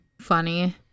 Funny